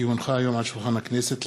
כי הונחה היום על שולחן הכנסת,